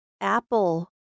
Apple